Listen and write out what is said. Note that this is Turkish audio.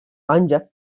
ancak